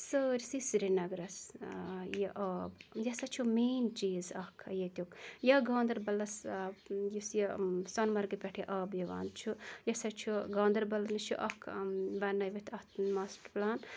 سٲرسٕے سرینَگرَس یہِ آب یہِ ہَسا چھُ مین چیٖز اَکھ ییٚتِیُک یا گاندَربَلَس یُس یہِ سوٚنمَرگہِ پیٚٹھٕ یہِ آب یِوان چھُ یہِ ہَسا چھُ گاندَربَل نِش چھُ اَکھ بَنٲوِتھ اَتھ ماسٹَر پلان